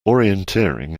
orienteering